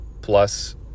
plus